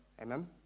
Amen